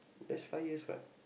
that's five years what